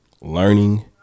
learning